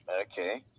Okay